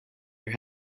your